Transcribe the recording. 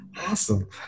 Awesome